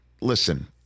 Listen